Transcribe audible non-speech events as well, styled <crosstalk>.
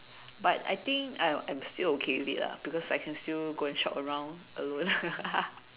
but I think I I'm still okay with it lah because I can still go and shop around alone <laughs>